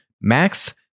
Max